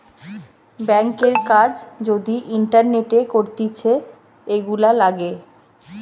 ব্যাংকের কাজ যদি ইন্টারনেটে করতিছে, এগুলা লাগে